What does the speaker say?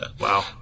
Wow